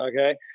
Okay